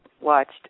watched